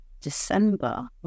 December